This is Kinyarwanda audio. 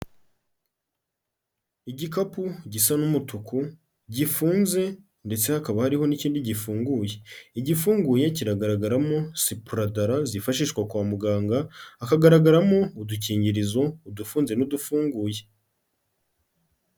Igikapu gisa n'umutuku, gifunze ndetse hakaba hariho n'ikindi gifunguye. Igifunguye kiragaragaramo sipuradara zifashishwa kwa muganga, hakagaragaramo udukingirizo, udufunze n'udufunguye.